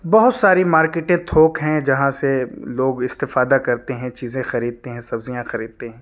بہت ساری مارکٹیں تھوک ہیں جہاں سے لوگ استفادہ کرتے ہیں چیزیں خریدتے ہیں سبزیاں خریدتے ہیں